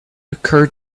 occurred